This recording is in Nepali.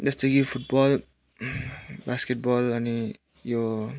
जस्तो यो फुटबल बास्केटबल अनि यो